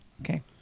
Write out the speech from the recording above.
Okay